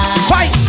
Fight